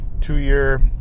two-year